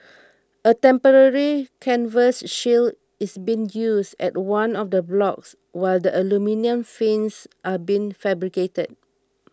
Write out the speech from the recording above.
a temporary canvas shield is being used at one of the blocks while the aluminium fins are being fabricated